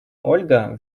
ольга